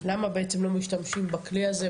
למה בעצם לא משתמשים בכלי הזה,